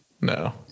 no